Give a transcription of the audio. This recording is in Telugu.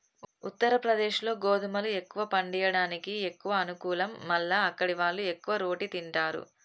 ఉత్తరప్రదేశ్లో గోధుమలు ఎక్కువ పండియడానికి ఎక్కువ అనుకూలం మల్ల అక్కడివాళ్లు ఎక్కువ రోటి తింటారు